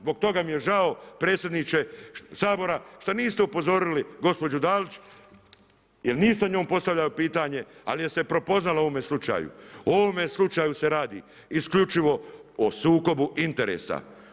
Zbog toga mi je žao predsjedniče Sabora šta niste upozorili gospođu Dalić jer nisam njoj postavljao pitanje ali je se prepoznala u ovome slučaju, o ovome slučaju se radi, isključivo o sukobu interesa.